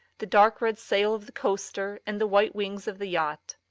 the dark red sail of the coaster and the white wings of the yacht.